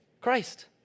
Christ